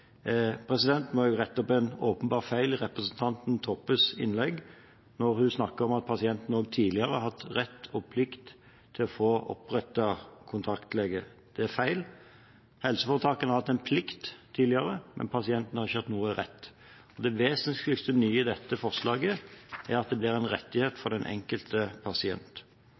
må jeg rette opp en åpenbar feil i representanten Toppes innlegg, når hun snakker om pasientene også tidligere har hatt rett til å få opprettet kontaktlege. Det er feil. Helseforetakene har hatt en plikt tidligere, men pasientene har ikke hatt noen rett. Det vesentlig nye i dette forslaget, er at det blir en rettighet